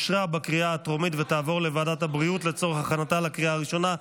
לוועדת הבריאות נתקבלה.